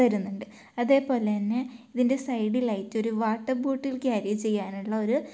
തരുന്നുണ്ട് അതേപോലെ തന്നെ ഇതിൻ്റെ സൈഡിലായിട്ട് ഒരു വാട്ടർ ബോട്ടിൽ ക്യാരി ചെയ്യാനുള്ള ഒരു